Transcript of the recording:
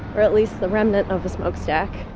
or at least the remnant of a smokestack.